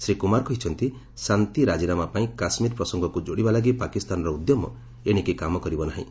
ଶ୍ରୀ କୁମାର କହିଛନ୍ତି ଶାନ୍ତି ରାଜିନାମା ପାଇଁ କାଶ୍ମୀର ପ୍ରସଙ୍ଗକୁ ଯୋଡ଼ିବା ଲାଗି ପାକିସ୍ତାନର ଉଦ୍ୟମ ଏଶିକି କାମ କରିବ ନାହିଁ